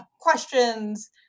questions